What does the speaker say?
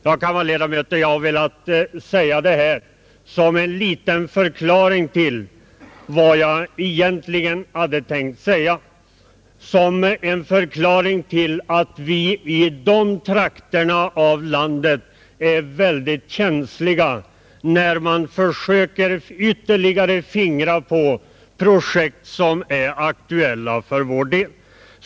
Jag har, kammarledamöter, velat säga det här som en liten förklaring till vad jag egentligen hade tänkt säga — att vi i Västerbotten är väldigt känsliga när man försöker ytterligare fingra på projekt som är aktuella för vår del.